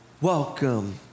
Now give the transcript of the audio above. welcome